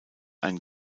ein